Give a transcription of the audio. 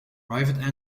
private